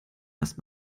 erst